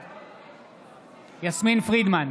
בעד יסמין פרידמן,